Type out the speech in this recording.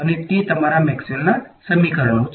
તેથી તે તમારા મેક્સવેલના સમીકરણો છે